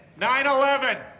9/11